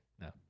No